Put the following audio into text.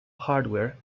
hardware